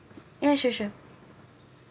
ya sure sure